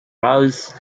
ruse